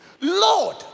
Lord